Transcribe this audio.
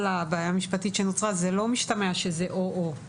הבעיה המשפטית שנוצרה זה לא משתמע שזה או-או,